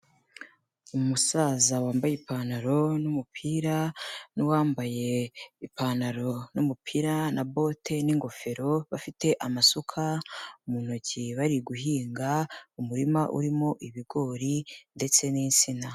Umusaza wambaye ipantaro n'umupira n'uwambaye ipantaro n'umupira na bote n'ingofero, bafite amasuka mu ntoki bari guhinga umurima urimo ibigori ndetse n'insina.